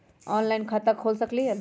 Online खाता खोल सकलीह?